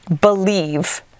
believe